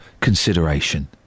consideration